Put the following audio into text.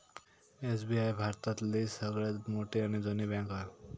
SBI भारतातली सगळ्यात मोठी आणि जुनी बॅन्क हा